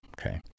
Okay